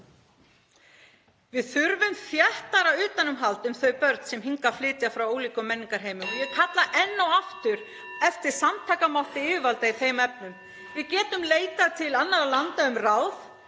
Við þurfum þéttara utanumhald um þau börn sem hingað flytja frá ólíkum menningarheimum. (Forseti hringir.) Ég kalla enn og aftur eftir samtakamætti yfirvalda í þeim efnum. Við getum leitað til annarra landa um ráð